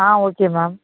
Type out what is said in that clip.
ah okay ma'am